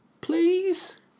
Please